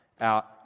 out